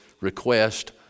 request